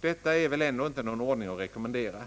Detta är väl ändå inte någon ordning att rekommendera?